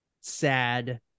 sad